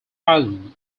island